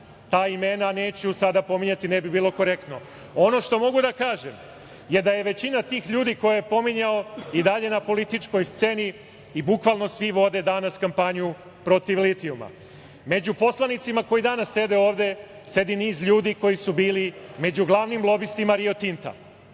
ta imena neću sada pominjati, ne bi bilo korektno. Ono što mogu da kažem je da je većina tih ljudi koje je pominjao i dalje na političkoj sceni i bukvalno svi vode danas kampanju protiv litijuma.Među poslanicima koji danas sede ovde, sedi niz ljudi koji su bili među glavnim lobistima Rio Tinta.